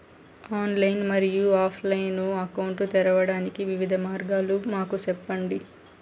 Online మరియు offline account తెరవడానికి వివిధ మార్గాలు మాకు సెప్పండి?